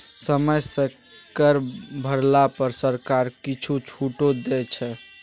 समय सँ कर भरला पर सरकार किछु छूटो दै छै